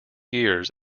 years